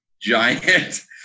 giant